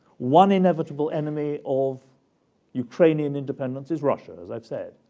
one inevitable enemy of ukrainian independence is russia, as i've said,